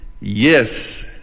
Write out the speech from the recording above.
yes